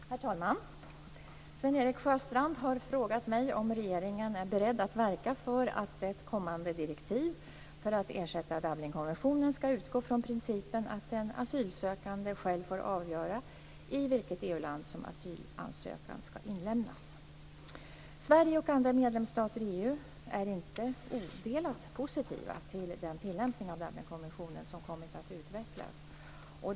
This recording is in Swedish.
Herr talman! Sven-Erik Sjöstrand har frågat mig om regeringen är beredd att verka för att ett kommande direktiv för att ersätta Dublinkonventionen ska utgå från principen att den asylsökande själv får avgöra i vilket EU-land som asylansökan ska inlämnas. Sverige, och andra medlemsstater i EU, är inte odelat positiva till den tillämpning av Dublinkonventionen som kommit att utvecklas.